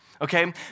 Okay